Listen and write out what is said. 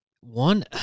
one